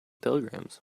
telegrams